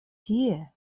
tie